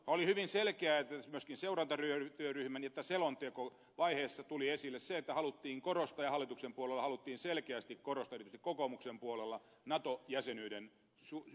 oli hyvin selkeää että myöskin seurantatyöryhmässä ja selontekovaiheessa tuli esille se että haluttiin korostaa ja hallituksen puolella haluttiin selkeästi korostaa erityisesti kokoomuksen puolella nato jäsenyyden hyödyllisiä vaikutuksia